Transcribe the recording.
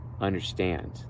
understand